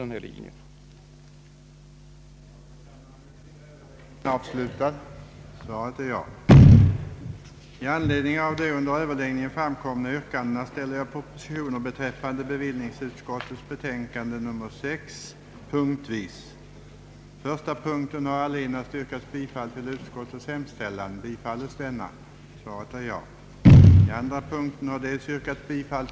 dels att riksdagen skulle besluta att för 1970 års taxering skulle införas en supplementärregel av innebörd, att, i det